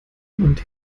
und